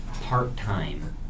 part-time